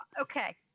okay